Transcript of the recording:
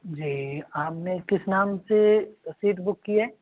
जी आपने किस नाम से सीट बुक की है